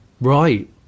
Right